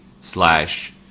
slash